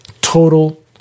Total